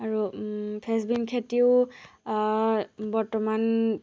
আৰু ফেচবিন খেতিও বৰ্তমান